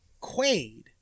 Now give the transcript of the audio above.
Quaid